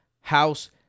House